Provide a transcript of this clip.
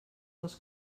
dels